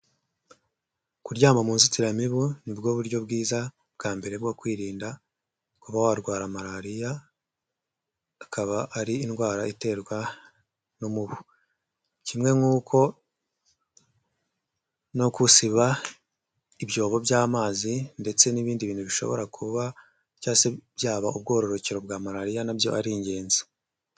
Kuryama mu nzitiramibu nibwo buryo bwiza bwa mbere bwo kwirinda kuba warwara malaririya akaba ari indwara iterwa n'umubu kimwe nk'uko no gusiba ibyobo by'amazi ndetse n'ibindi bintu bishobora kuba cyangwa se byaba ubwororokero bwa malaria na byo aba ari ingenzi.